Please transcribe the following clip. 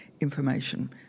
information